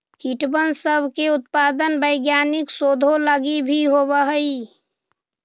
कीटबन सब के उत्पादन वैज्ञानिक शोधों लागी भी होब हई